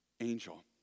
angel